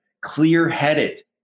clear-headed